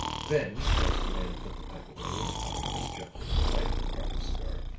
then, as the man put the pipe away in the pocket of his jumper and lighted the proffered cigar,